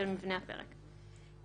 מבנה הפרק.